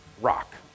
rock